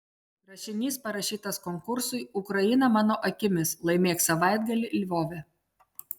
rašinys parašytas konkursui ukraina mano akimis laimėk savaitgalį lvove